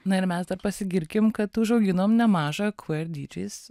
na ir mes dar pasigirkim kad užauginom nemažą queer djs